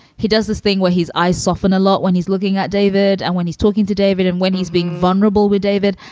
he does this thing where he's isoften a lot when he's looking at david and when he's talking to david and when he's being vulnerable with david.